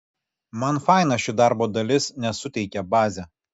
man faina ši darbo dalis nes suteikia bazę